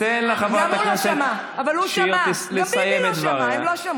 תן לחברת הכנסת שיר לסיים את דבריה.